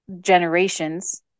generations